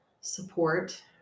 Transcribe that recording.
support